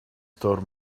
store